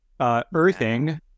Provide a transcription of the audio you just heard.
earthing